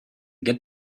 get